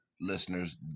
listeners